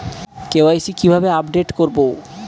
KYC কিভাবে update করব?